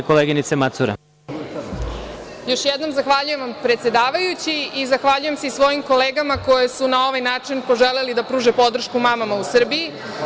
Još jednom, zahvaljujem predsedavajući i zahvaljujem se i svojim kolegama koji su na ovaj način poželeli da pruže podršku mamama u Srbiji.